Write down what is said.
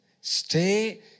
Stay